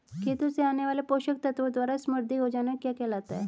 खेतों से आने वाले पोषक तत्वों द्वारा समृद्धि हो जाना क्या कहलाता है?